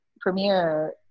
premiere